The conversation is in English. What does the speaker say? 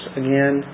again